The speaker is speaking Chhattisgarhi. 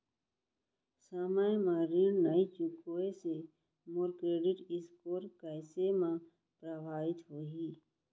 समय म ऋण नई चुकोय से मोर क्रेडिट स्कोर कइसे म प्रभावित होही?